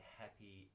happy